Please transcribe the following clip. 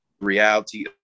reality